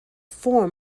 for